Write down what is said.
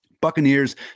buccaneers